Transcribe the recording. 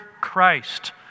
Christ